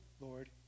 Lord